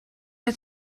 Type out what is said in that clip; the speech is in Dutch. het